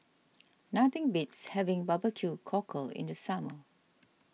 nothing beats having Barbeque Cockle in the summer